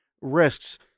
risks